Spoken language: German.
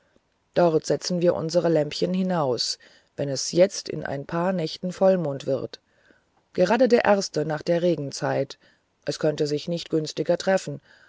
dort setzen wir unsere lämpchen hinaus wenn es jetzt in ein paar nächten vollmond wird gerade der erste nach der regenzeit es könnte sich nicht günstiger treffen